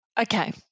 Okay